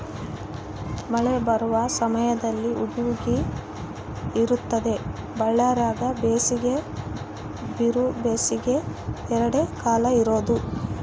ಮಳೆ ಬರುವ ಸಮಯದಲ್ಲಿ ಹುಗಿ ಹುಗಿ ಇರುತ್ತದೆ ಬಳ್ಳಾರ್ಯಾಗ ಬೇಸಿಗೆ ಬಿರುಬೇಸಿಗೆ ಎರಡೇ ಕಾಲ ಇರೋದು